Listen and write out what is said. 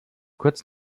kurz